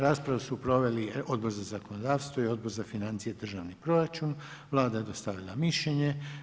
Raspravu su proveli Odbor za zakonodavstvo i Odbor za financije i državni proračun, Vlada je dostavila mišljenje.